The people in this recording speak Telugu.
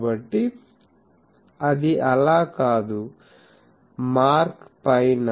కాబట్టి అది అలా కాదు మార్క్ పైన